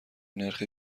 نرخ